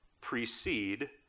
precede